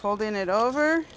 holding it over